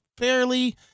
Fairly